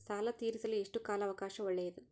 ಸಾಲ ತೇರಿಸಲು ಎಷ್ಟು ಕಾಲ ಅವಕಾಶ ಒಳ್ಳೆಯದು?